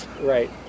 Right